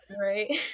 Right